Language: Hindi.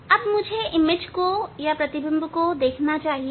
अब मुझे प्रतिबिंब को देखना चाहिए